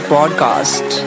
Podcast